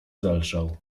zelżał